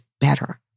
better